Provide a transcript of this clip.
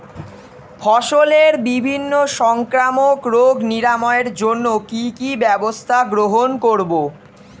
ফসলের বিভিন্ন সংক্রামক রোগ নিরাময়ের জন্য কি কি ব্যবস্থা গ্রহণ করব?